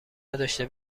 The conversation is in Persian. نداشته